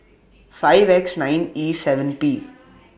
five X nine E seven P